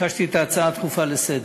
ביקשתי את ההצעה הדחופה לסדר-היום.